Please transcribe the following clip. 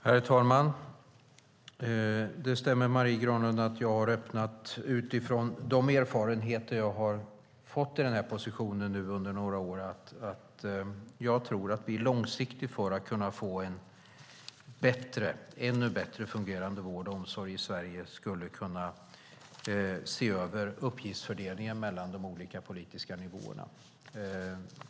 Herr talman! Det stämmer, Marie Granlund, att jag utifrån de erfarenheter jag efter några år i den här positionen fått tror att vi för att långsiktigt kunna få en ännu bättre fungerande vård och omsorg i Sverige skulle kunna se över uppgiftsfördelningen mellan de olika politiska nivåerna.